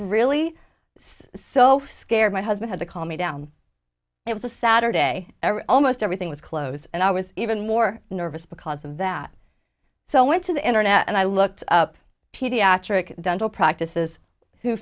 really so scared my husband had to call me down it was a saturday almost everything was closed and i was even more nervous because of that so i went to the internet and i looked up pediatric dental practices who